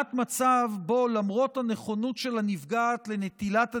מצב שבו למרות הנכונות של הנפגעת לנטילת הדגימה,